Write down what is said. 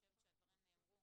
אני חושבת שהדברים נאמרו